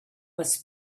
was